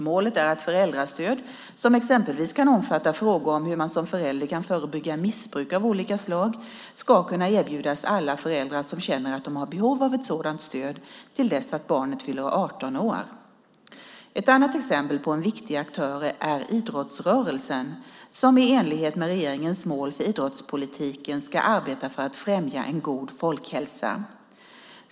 Målet är att föräldrastöd, som exempelvis kan omfatta frågor om hur man som förälder kan förebygga missbruk av olika slag, ska kunna erbjudas alla föräldrar som känner att de har behov av ett sådant stöd till dess att barnet fyller 18 år. Ett annat exempel på en viktig aktör är idrottsrörelsen som i enlighet med regeringens mål för idrottspolitiken ska arbeta för att främja en god folkhälsa.